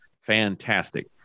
fantastic